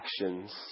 actions